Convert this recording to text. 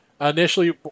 Initially